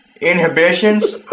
Inhibitions